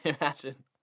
Imagine